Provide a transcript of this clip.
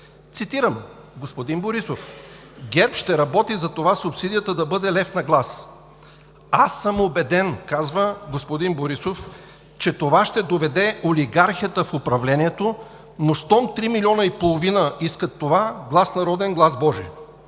Цитирам господин Борисов: „ГЕРБ ще работи за това субсидията да бъде лев на глас. Аз съм убеден – казва господин Борисов, че това ще доведе олигархията в управлението, но щом три милиона и половина искат това, глас народен, глас Божи.